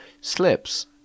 Slips